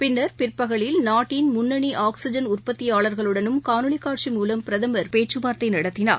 பின்னர் பிற்பகலில் நாட்டின் முன்னணி ஆக்ஸிஐன் உற்பத்தியாளர்களுடனும் காணொலி காட்சி மூலம் பிரதமர் பேச்சு வார்த்தை நடத்தினார்